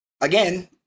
again